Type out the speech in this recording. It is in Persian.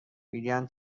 میگن